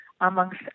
amongst